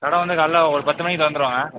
கடை வந்து காலையில் ஒரு பத்து மணிக்கு திறந்துடுவாங்க